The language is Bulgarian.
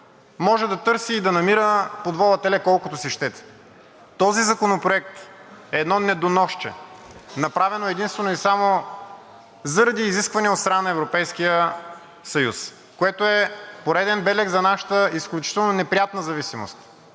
(Председателят дава сигнал, че времето е изтекло.) Този законопроект е едно недоносче, направено единствено и само заради изисквания от страна на Европейския съюз, което е пореден белег за нашата изключително неприятна зависимост.